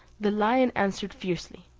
the lion answered fiercely,